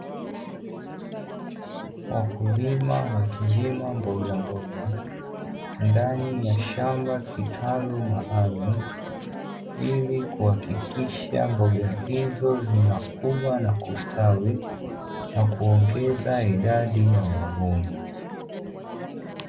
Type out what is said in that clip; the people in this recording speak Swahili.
Wakulima wakilima mbogamboga, ndani ya shamba kitalu maalumu, ili kuhakikisha mboga hizo zinakuwa, na kustawi na kuongeza idadi ya mavuno.